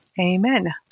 amen